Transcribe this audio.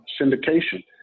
syndication